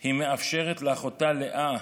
היא אפשרה לאחותה לאה